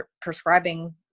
prescribing